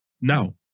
now